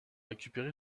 récupérer